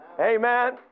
Amen